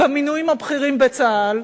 במינויים הבכירים בצה"ל,